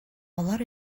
алар